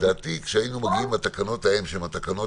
כשהיינו מגיעים לתקנות ההן שהן התקנות